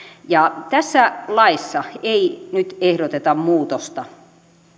ja tässä laissa ei nyt ehdoteta muutosta